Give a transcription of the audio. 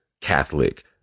Catholic